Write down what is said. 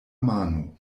mano